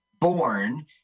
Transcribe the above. born